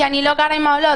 כי אני לא גרה עם העולות,